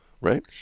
right